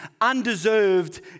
undeserved